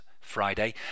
Friday